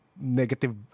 negative